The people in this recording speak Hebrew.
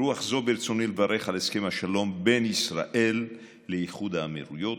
ברוח זו ברצוני לברך על הסכם השלום בין ישראל לאיחוד האמירויות,